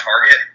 target